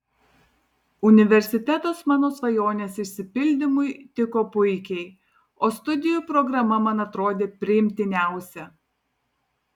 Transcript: universitetas mano svajonės išsipildymui tiko puikiai o studijų programa man atrodė priimtiniausia